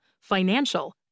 financial